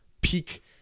peak